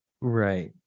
right